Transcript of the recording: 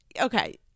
Okay